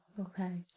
Okay